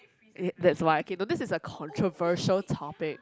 ya that's why okay you know this is a controversial topic